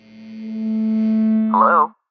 Hello